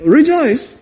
rejoice